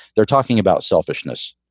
they're talking about selfishness.